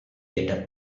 get